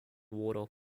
water